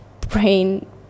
brain